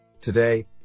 Today